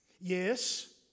Yes